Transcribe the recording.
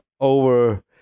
over